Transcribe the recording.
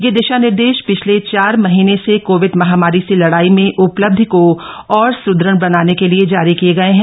ये दिशा निर्देश पिछले चार महीने से कोविड महामारी से लड़ाई में उपलब्धि को और सुदृढ़ बनाने के लिए जारी किए गए हैं